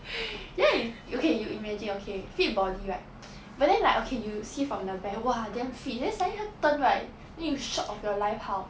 ya okay you imagine you imagine okay fit body right but then like okay you see from the back !wah! damn fit then suddenly 他 turn right then you shock of your life how